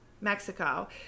Mexico